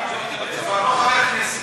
הוא כבר לא חבר כנסת.